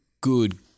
good